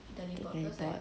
teleport